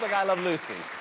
like i love lucy.